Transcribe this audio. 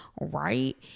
right